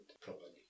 properly